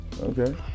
okay